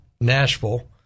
Nashville